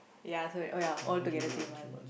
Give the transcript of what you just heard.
ya so oh ya all together three month